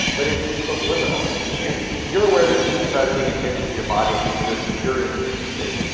but it's subliminal. and you're you're aware of it because you started paying attention to your body, and and you're curious and interested.